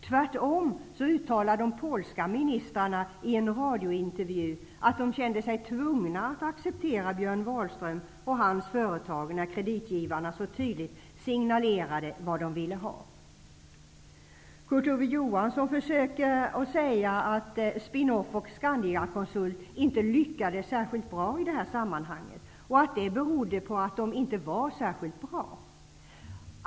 Tvärtom uttalar de ansvariga polska ministrarna i en radiointervju att de kände sig tvungna att acceptera Björn Wahlström och hans företag när kreditgivarna så tydligt signalerade vad de ville ha. Kurt Ove Johansson försöker säga att Spin-Off och Scandiaconsult inte lyckades särskilt bra i sammanhanget och att det berodde på att de inte var särskilt bra.